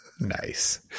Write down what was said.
Nice